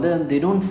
mm